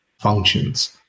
functions